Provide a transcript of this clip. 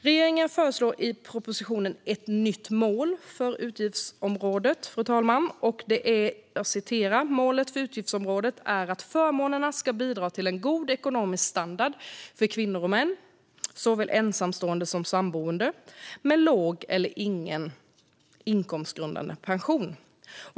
Regeringen föreslår i propositionen ett nytt mål för utgiftsområdet, och det är att förmånerna ska bidra till en god ekonomisk standard för kvinnor och män, såväl ensamstående som sammanboende, med låg eller ingen inkomstgrundad pension.